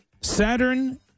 Saturn